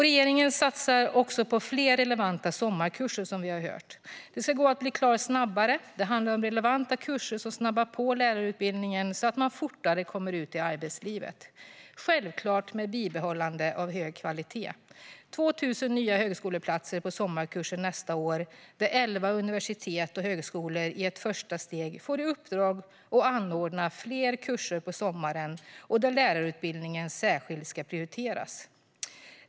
Regeringen satsar också på fler relevanta sommarkurser, som vi har hört. Det ska gå att bli klar snabbare. Det handlar om relevanta kurser som snabbar på lärarutbildningen så att man fortare kommer ut i arbetslivet, självklart med bibehållande av hög kvalitet. Det rör sig om 2 000 nya högskoleplatser på sommarkurser nästa år. Elva universitet och högskolor får i ett första steg i uppdrag att anordna fler kurser på sommaren, där lärarutbildningen särskilt ska prioriteras.